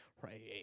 right